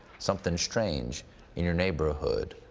something strange in your neighborhood.